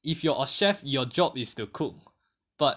if you're a chef your job is to cook but